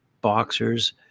boxers